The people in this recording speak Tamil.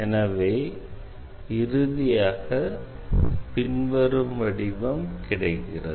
எனவே இறுதியாக பின்வரும் வடிவம் கிடைக்கிறது